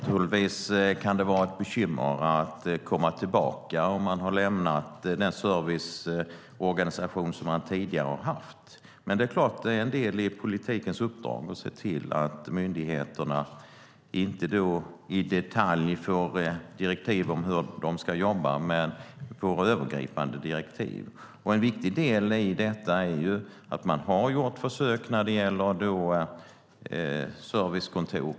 Fru talman! Det kan naturligtvis vara ett bekymmer att komma tillbaka om man har lämnat den serviceorganisation som man tidigare har haft. Men det är en del i politikens uppdrag att se till att myndigheterna får övergripande direktiv, inte direktiv i detalj om hur de ska jobba. En viktig del i detta är att man har gjort försök med servicekontor.